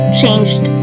changed